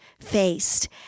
faced